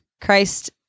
Christ